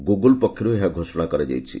Google ପକ୍ଷରୁ ଏହା ଘୋଷଣା କରାଯାଇଛି